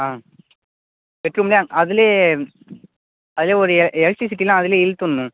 ஆ பெட்ரூமில் அதில் அதில் ஒரு எ எலக்ட்ரிசிட்டிலாம் அதில் இழுத்துடணும்